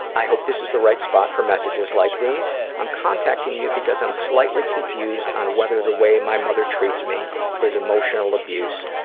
i hope this is the right spot for messages like these. i'm contacting you because i'm slightly confused on whether the way my mother treats me is emotional abuse,